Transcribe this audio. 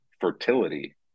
Fertility